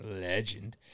legend